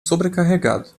sobrecarregado